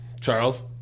Charles